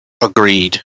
Agreed